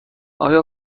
آیا